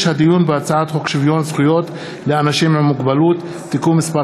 הדיון בהצעת חוק שוויון זכויות לאנשים עם מוגבלות (תיקון מס'